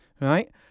Right